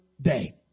day